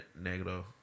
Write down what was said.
Negro